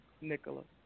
Nicholas